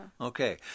Okay